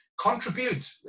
contribute